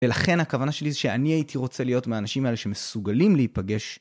ולכן הכוונה שלי זה שאני הייתי רוצה להיות מהאנשים האלה שמסוגלים להיפגש.